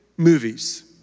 movies